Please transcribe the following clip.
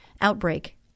outbreak